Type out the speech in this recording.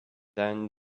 then